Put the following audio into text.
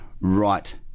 right